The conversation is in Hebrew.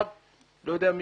דבר ראשון,